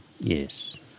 Yes